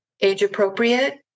age-appropriate